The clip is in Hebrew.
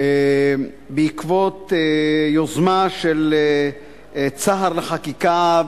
בעקבות יוזמה של "צהר לחקיקה"